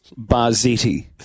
Barzetti